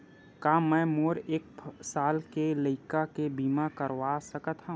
का मै मोर एक साल के लइका के बीमा करवा सकत हव?